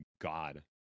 god